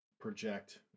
project